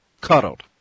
cuddled